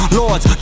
lords